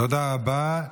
תודה רבה.